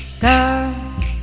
girls